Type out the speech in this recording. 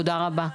תודה רבה.